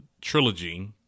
trilogy